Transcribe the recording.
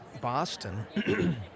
Boston